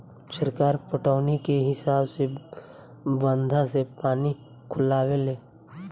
सरकार पटौनी के हिसाब से बंधा से पानी खोलावे ले